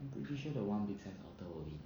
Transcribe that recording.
I'm pretty sure the one big size otter will win